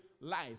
life